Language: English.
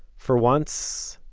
for once,